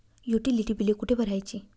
Utility बिले कुठे भरायची?